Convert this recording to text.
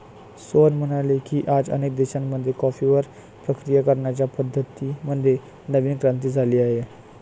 सोहन म्हणाले की, आज अनेक देशांमध्ये कॉफीवर प्रक्रिया करण्याच्या पद्धतीं मध्ये नवीन क्रांती झाली आहे